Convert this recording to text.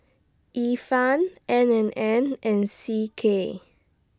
Ifan N and N and C K